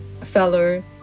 fellow